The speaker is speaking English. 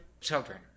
children